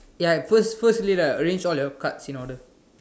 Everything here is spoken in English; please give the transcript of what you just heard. ya I I first firstly right arrange all your cards in order